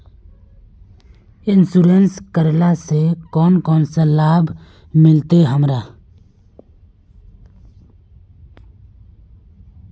Insurance करेला से कोन कोन सा लाभ मिलते हमरा?